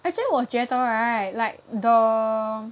actually 我觉得 right like the